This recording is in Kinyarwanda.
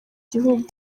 gihugu